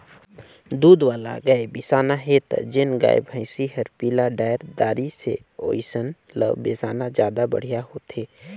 दूद वाला गाय बिसाना हे त जेन गाय, भइसी हर पिला डायर दारी से ओइसन ल बेसाना जादा बड़िहा होथे